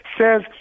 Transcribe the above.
says